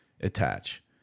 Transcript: attach